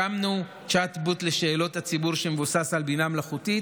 הקמנו צ'אט-בוט לשאלות הציבור שמבוסס על בינה מלאכותית,